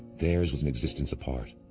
theirs was an existence apart,